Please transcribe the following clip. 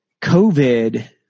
COVID